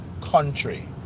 country